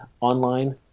online